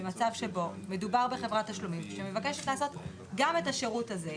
במצב שבו מדובר בחברת תשלומים שמבקשת לעשות גם את השירות הזה,